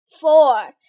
four